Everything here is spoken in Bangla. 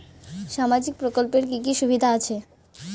সামাজিক প্রকল্পের কি কি সুবিধা আছে?